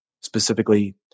specifically